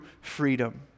freedom